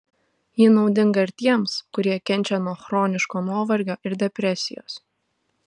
ji naudinga ir tiems kurie kenčia nuo chroniško nuovargio ir depresijos